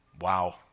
wow